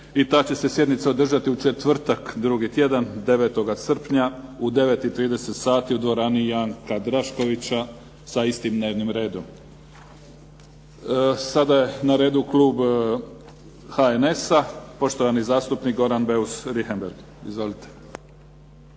i ta će se sjednica održati u četvrtak drugi tjedan, 9. srpnja u 9,30 sati u dvorani Janka Draškovića sa istim dnevnim redom. Sada je na redu klub HNS-a, poštovani zastupnik Goran Beus Richembergh. Izvolite.